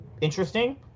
interesting—